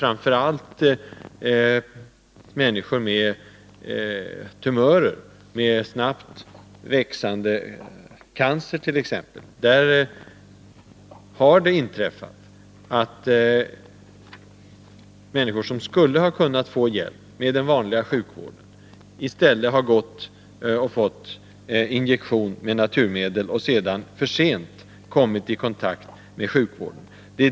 gälla människor med tumörer, snabbt växande cancer t.ex. Det har inträffat att människor, som skulle ha kunnat få hjälp av den vanliga sjukvården, i stället har gått och fått injektioner med naturmedel och sedan för sent kommit i kontakt med sjukvården.